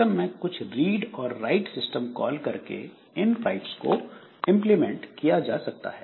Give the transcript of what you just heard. system में कुछ read or write system call करके इन पाइप्स को इंप्लीमेंट किया जा सकता है